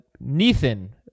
Nathan